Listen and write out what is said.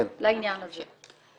לעניין הזה.